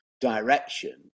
direction